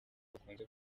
bakunze